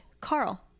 Carl